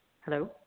Hello